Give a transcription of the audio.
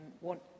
want